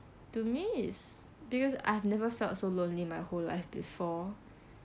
to me is because I have never felt so lonely my whole life before